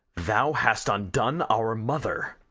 thou hast undone our mother.